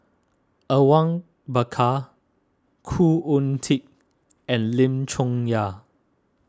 Awang Bakar Khoo Oon Teik and Lim Chong Yah